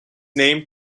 name